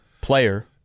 player